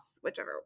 whichever